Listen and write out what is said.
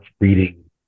reading